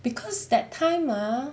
because that time ah